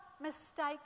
mistake